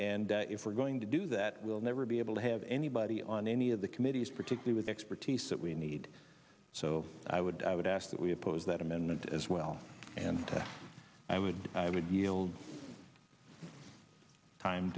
and if we're going to do that we'll never be able to have anybody on any of the committees particular with expertise that we need so i would i would ask that we oppose that amendment as well and i would i would yield time